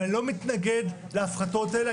ואני לא מתנגד להפחתות האלה.